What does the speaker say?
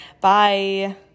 Bye